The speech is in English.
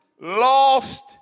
lost